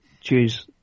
choose